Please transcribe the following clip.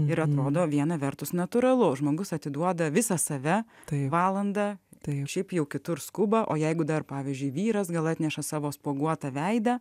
ir anodo viena vertus natūralu žmogus atiduoda visą save tokią valandą tai šiaip jau kitur skuba o jeigu dar pavyzdžiui vyras gal atneša savo spuoguotą veidą